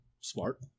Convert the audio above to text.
smart